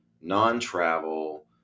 non-travel